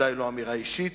ובוודאי לא אמירה אישית.